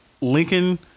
Lincoln